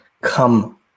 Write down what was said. come